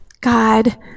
God